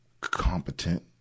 competent